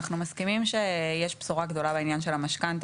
אנחנו מסכימים שיש בשורה גדולה בעניין של המשכנתה